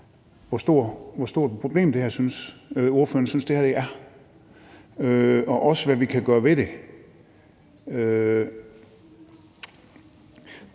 hvor stort et problem ordførerne synes det her er, hvad vi kan gøre ved det